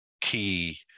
key